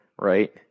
right